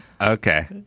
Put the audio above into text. Okay